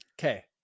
Okay